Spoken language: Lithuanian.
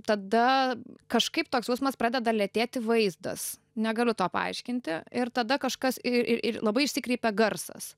tada kažkaip toks jausmas pradeda lėtėti vaizdas negaliu to paaiškinti ir tada kažkas ir ir ir labai išsikreipia garsas